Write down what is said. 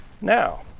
Now